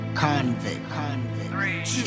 convict